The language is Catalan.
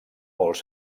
molts